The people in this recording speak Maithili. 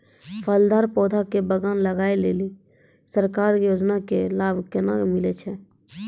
फलदार पौधा के बगान लगाय लेली सरकारी योजना के लाभ केना मिलै छै?